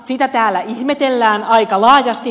sitä täällä ihmetellään aika laajasti